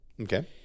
Okay